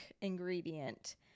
ingredient